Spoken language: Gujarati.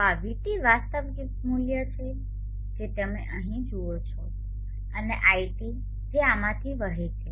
તો આ vT વાસ્તવિક મૂલ્ય છે જે તમે અહીં જુઓ છો અને iT જે આમાંથી વહે છે